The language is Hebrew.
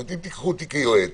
אם תיקחו אותי כיועץ,